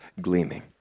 gleaming